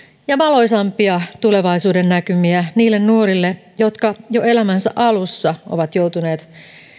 ja valoisampia tulevaisuudennäkymiä niille nuorille jotka jo elämänsä alussa ovat joutuneet